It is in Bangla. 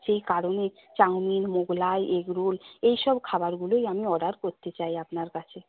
সেই কারণে চাউমিন মোগলাই এগরোল এই সব খাবারগুলোই আমি অর্ডার করতে চাই আপনার কাছে